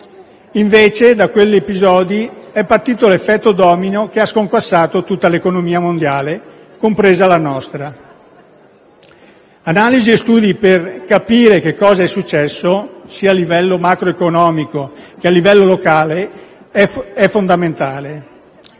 invece, da quegli episodi è partito l'effetto domino che ha sconquassato tutta l'economia mondiale, compresa la nostra. Analisi e studi per capire che cosa è successo, sia a livello macroeconomico che a livello locale, sono fondamentali.